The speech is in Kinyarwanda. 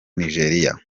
nigeria